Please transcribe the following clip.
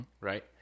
right